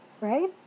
right